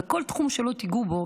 בכל תחום שלא תגעו בו,